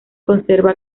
conserva